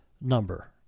number